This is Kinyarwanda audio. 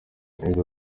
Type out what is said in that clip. yagize